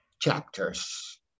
chapters